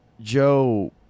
Joe